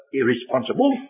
irresponsible